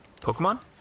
Pokemon